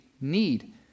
need